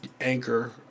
anchor